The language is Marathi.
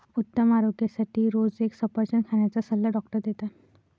उत्तम आरोग्यासाठी रोज एक सफरचंद खाण्याचा सल्ला डॉक्टर देतात